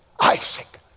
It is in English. Isaac